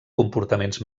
comportaments